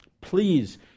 Please